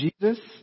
Jesus